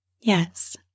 Yes